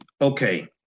Okay